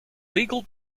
legal